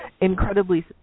incredibly